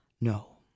No